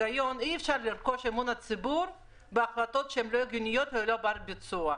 אי אפשר לרכוש את אמון הציבור בהחלטות לא הגיוניות ושהן לא ברות ביצוע.